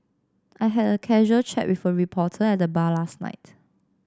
I had a casual chat with a reporter at the bar last night